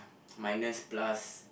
minus plus